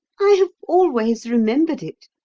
i have always remembered it,